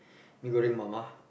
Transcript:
mee-goreng mama